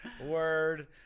Word